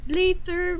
later